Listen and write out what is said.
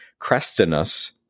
Crestinus